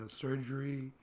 surgery